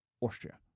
Austria